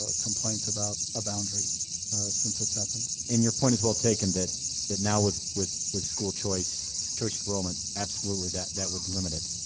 ah complaints about a boundary since that's happened. and your point is well taken, that that now with with school choice choice enrollment. absolutely that that would limit it.